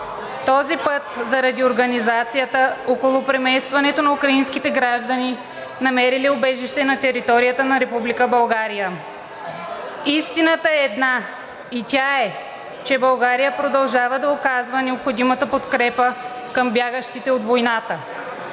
Този път заради организацията около преместването на украинските граждани, намерили убежище на територията на Република България. Истината е една и тя е, че България продължава да оказва необходимата подкрепа към бягащите от войната.